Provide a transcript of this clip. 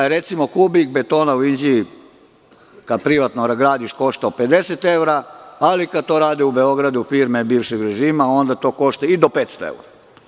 Recimo kubik betona u Inđiji, kada privatno gradiš koštao 50 evra, ali kada to rade u Beogradu firme bivšeg režima onda to košta i do 500 evra.